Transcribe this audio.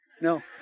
No